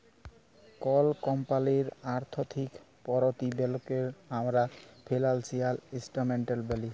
call কমপালির আথ্থিক পরতিবেদলকে আমরা ফিলালসিয়াল ইসটেটমেলট ব্যলি